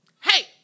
hey